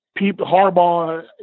Harbaugh